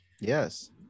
Yes